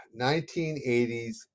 1980s